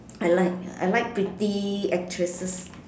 I like I like pretty actresses